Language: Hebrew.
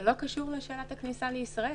זה לא קשור לבעיית הכניסה לישראל.